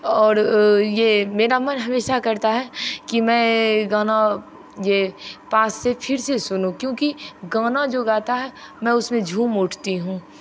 और ये मेरा मन हमेशा करता है कि मैं गाना ये पास से फिर सुनूं क्योंकि गाना जो गाता है मैं उसमें झूम उठती हूँ